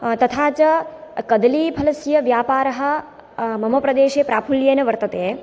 तथा च कदली फलस्य व्यापरः मम प्रदेशे प्राफुल्येन वर्तते